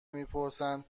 میپرسن